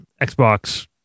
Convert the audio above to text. Xbox